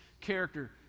character